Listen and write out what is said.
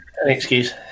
excuse